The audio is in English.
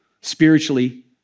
spiritually